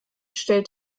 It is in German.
stellt